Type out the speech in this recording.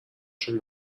شون